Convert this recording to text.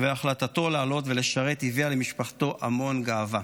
והחלטתו לעלות ולשרת הביאה למשפחתו המון גאווה.